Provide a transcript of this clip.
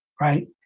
right